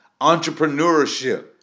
entrepreneurship